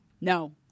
No